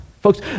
Folks